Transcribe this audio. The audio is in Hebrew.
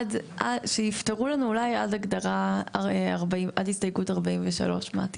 עד, שיפתרו לנו אולי עד הסתייגות 43, מטי.